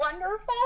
wonderful